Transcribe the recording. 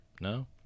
No